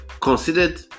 considered